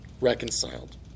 reconciled